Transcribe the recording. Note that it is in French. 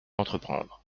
entreprendre